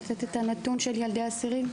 הנתון של ילדי האסירים?